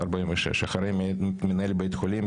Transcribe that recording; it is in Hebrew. מה עם 200 אלף שקלים לאשתו של ראש הממשלה לשעבר?